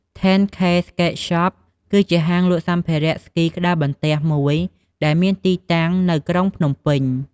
ធេន ឃេ ស្កេត ហ្សប (10K Skatesshop) គឺជាហាងលក់សម្ភារៈស្គីក្ដារបន្ទះមួយដែលមានទីតាំងនៅទៅក្រុងភ្នំពេញ។